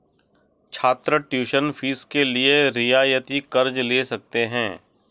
छात्र tuition fees के लिए रियायती कर्ज़ ले सकते हैं